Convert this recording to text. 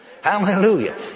Hallelujah